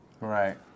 Right